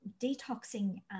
detoxing